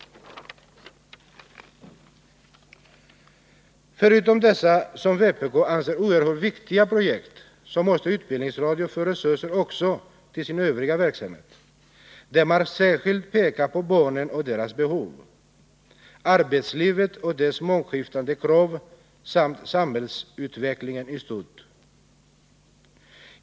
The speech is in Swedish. Förutom till dessa projekt, som vpk anser oerhört viktiga, måste utbildningsradion få resurser också till sin övriga verksamhet, där man särskilt pekat på barnen och deras behov, arbetslivet och dess mångskiftande krav samt samhällsutvecklingen i stort.